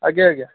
ଆଜ୍ଞା ଆଜ୍ଞା